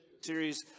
series